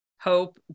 hope